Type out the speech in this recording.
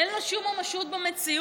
אין לו שום ממשות במציאות.